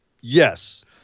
Yes